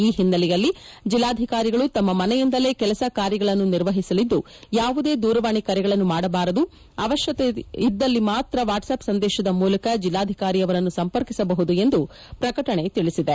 ಈ ಹಿನ್ನೆಲೆಯಲ್ಲಿ ಜಿಲ್ಲಾಧಿಕಾರಿಗಳು ತಮ್ಮ ಮನೆಯಿಂದಲೇ ಕೆಲಸ ಕಾರ್ಯಗಳನ್ನು ನಿರ್ವಹಿಸಲಿದ್ದು ಯಾವುದೇ ದೂರವಾಣಿ ಕರೆಗಳನ್ನು ಮಾಡಬಾರದು ಅವಶ್ಯಕವಿದ್ದಲ್ಲಿ ಮಾತ್ರ ವಾಟ್ಸ್ಅಪ್ ಸಂದೇಶದ ಮೂಲಕ ಜಿಲ್ಲಾಧಿಕಾರಿಯವರನ್ನು ಸಂಪರ್ಕ ಮಾಡಬಹುದು ಎಂದು ಪ್ರಕಟಣೆ ತಿಳಿಸಿದೆ